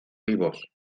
vivos